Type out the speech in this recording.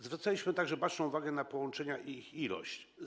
Zwracaliśmy także baczną uwagę na połączenia i ich liczbę.